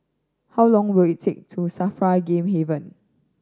how long will it take to SAFRA Game Haven